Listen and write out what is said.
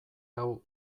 hau